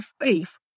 faith